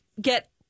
get